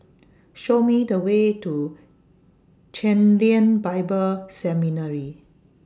Show Me The Way to Chen Lien Bible Seminary